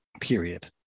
period